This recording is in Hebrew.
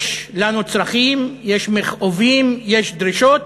יש לנו צרכים, יש מכאובים, יש דרישות,